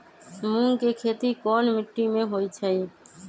मूँग के खेती कौन मीटी मे होईछ?